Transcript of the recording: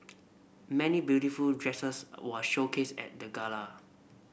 many beautiful dresses were showcased at the gala